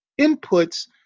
inputs